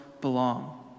belong